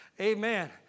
amen